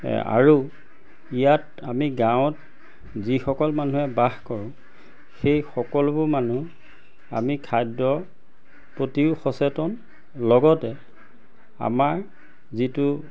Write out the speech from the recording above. আৰু ইয়াত আমি গাঁৱত যিসকল মানুহে বাস কৰোঁ সেই সকলোবোৰ মানুহ আমি খাদ্যৰ প্ৰতিও সচেতন লগতে আমাৰ যিটো